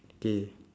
okay